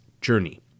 journey